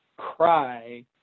cry